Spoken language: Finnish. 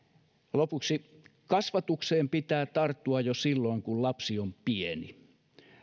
lopuksi kasvatukseen pitää tarttua jo silloin kun lapsi on pieni